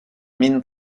mine